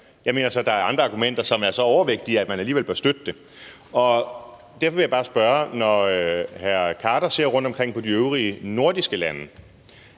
Jeg mener så, der er andre argumenter, som er så vægtige, at man alligevel bør støtte det. Derfor vil jeg bare spørge: Når hr. Naser Khader ser rundtomkring på de øvrige nordiske lande,